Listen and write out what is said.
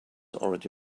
already